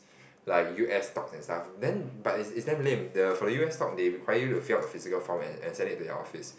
like u_s stock itself then but is is damn lame the for the u_s stock they require you to fill out a physical form and and send it to your office